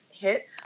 hit